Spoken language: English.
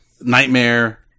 Nightmare